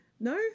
no